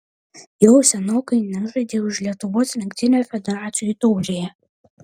jau senokai nežaidei už lietuvos rinktinę federacijų taurėje